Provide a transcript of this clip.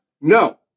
No